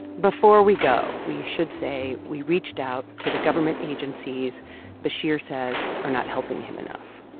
before we go, we should say we reached out to the government agencies bashir says are not helping him enough.